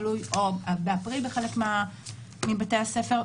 באפריל בחלק מבתי הספר,